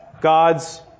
God's